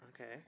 Okay